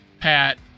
pat